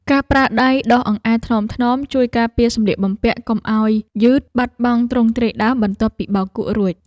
ការប្រើដៃដុសអង្អែលថ្នមៗជួយការពារសម្លៀកបំពាក់កុំឱ្យយឺតបាត់បង់ទ្រង់ទ្រាយដើមបន្ទាប់ពីបោកគក់រួច។